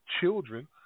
children